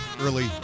early